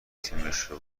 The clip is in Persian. تیمشو